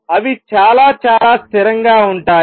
అవి చాలా చాలా స్థిరంగా ఉంటాయి